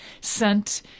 sent